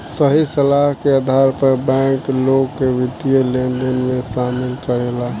सही सलाह के आधार पर बैंक, लोग के वित्तीय लेनदेन में शामिल करेला